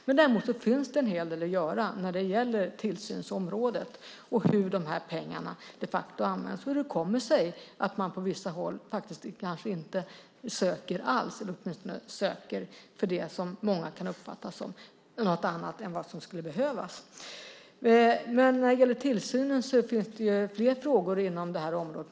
Men ännu finns en hel del att göra när det gäller tillsynsområdet, hur de här pengarna de facto används och hur det kommer sig att man på vissa håll faktiskt inte söker alls, eller söker för det som många kan uppfatta som något annat än det som skulle behövas. När det gäller tillsynen finns det flera frågor inom det här området.